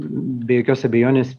be jokios abejonės